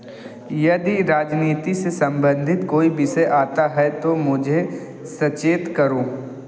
यदि राजनीति से सम्बंधित कोई विषय आता है तो मुझे सचेत करो